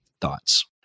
Thoughts